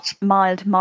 Mild